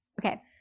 Okay